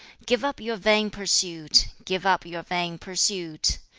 give up your vain pursuit. give up your vain pursuit.